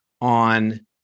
on